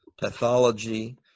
pathology